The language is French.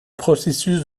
processus